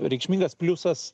reikšmingas pliusas